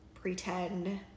pretend